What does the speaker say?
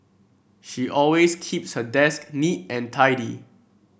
she always keeps her desk neat and tidy